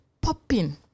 popping